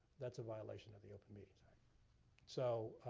that's a violation of the open meetings act. so